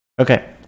Okay